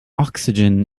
oxygen